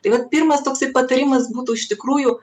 tai vat pirmas toksai patarimas būtų iš tikrųjų